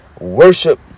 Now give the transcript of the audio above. worship